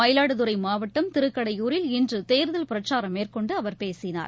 மயிலாடுதுறை மாவட்டம் திருக்கடையூரில் இன்று தேர்தல் பிரச்சாரம் மேற்கொண்டு அவர் பேசினார்